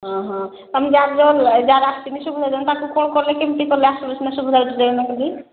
ଓଃ ତୁମେ ବ୍ୟାଙ୍କ ଯାଅ ତାକୁ କ'ଣ କଲା କେମିତି କଲା ସୁଭଦ୍ରା ଯୋଜନା ବୋଲି